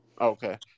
Okay